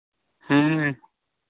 ᱦᱮᱸ